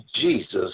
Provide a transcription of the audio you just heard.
Jesus